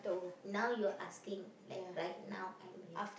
now you asking like right now I'm here